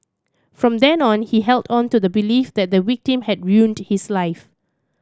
from then on he held on to the belief that the victim had ruined his life